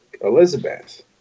Elizabeth